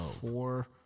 four